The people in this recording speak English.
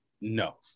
No